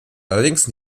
allerdings